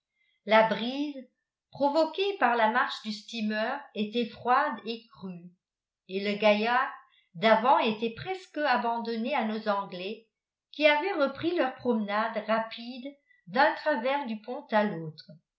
la brise provoquée par la marche du steamer était froide et crue et le gaillard d'avant était presque abandonné à nos anglais qui avaient repris leur promenade rapide d'un travers du pont à l'autre